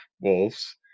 Wolves